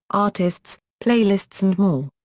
artists, playlists and more.